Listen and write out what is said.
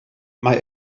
mae